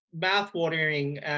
mouth-watering